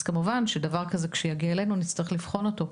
אז כמובן שכשזה יגיע אלינו נצטרך לבחון את זה.